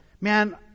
Man